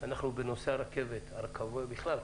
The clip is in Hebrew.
בנושא הרכבת ובכלל,